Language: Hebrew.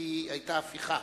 כי היתה הפיכה.